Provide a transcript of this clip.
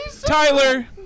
Tyler